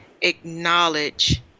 acknowledge